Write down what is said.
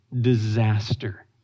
disaster